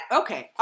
okay